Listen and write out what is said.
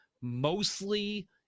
mostly